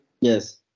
Yes